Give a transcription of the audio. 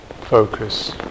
focus